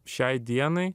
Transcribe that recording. šiai dienai